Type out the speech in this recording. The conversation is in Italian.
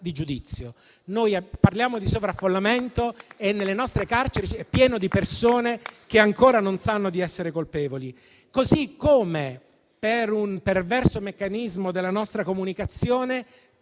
Noi parliamo di sovraffollamento e nelle nostre carceri è pieno di persone che ancora non sanno di essere colpevoli. Analogamente, per un perverso meccanismo della nostra comunicazione,